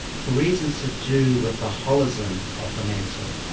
for reasons to do with the wholism of the mental.